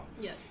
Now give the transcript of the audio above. Yes